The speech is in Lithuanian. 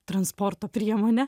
transporto priemonę